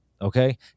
Okay